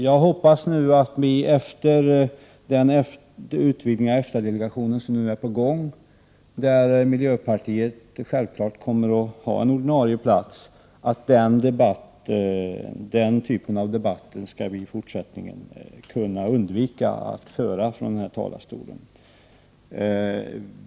Jag hoppas efter den utvidgning av EFTA-delegationen som nu är på gång — där miljöpartiet självfallet kommer att ha en ordinarie plats — att vi i fortsättningen skall kunna undvika att föra den typen av debatt från den här talarstolen.